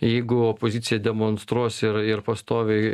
jeigu opozicija demonstruos ir ir pastoviai